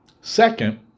Second